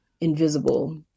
invisible